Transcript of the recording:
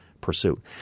pursuit